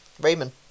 Raymond